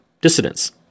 dissidents